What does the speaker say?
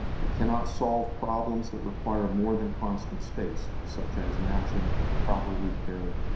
they cannot solve problems that require more than constant space, such as matching properly paired